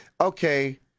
okay